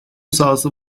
sahası